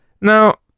Now